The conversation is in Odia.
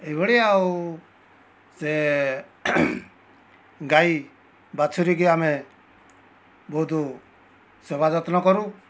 ଏହିଭଳି ଆଉ ସେ ଗାଈ ବାଛୁରୀକି ଆମେ ବହୁତ ସେବା ଯତ୍ନ କରୁ